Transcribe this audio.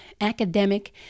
academic